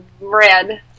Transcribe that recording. Red